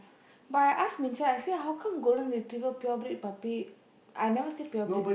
but I ask Ming Qiao I say how come golden retriever pure breed but big I never say pure breed